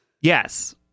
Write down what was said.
Yes